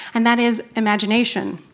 and that is imagination.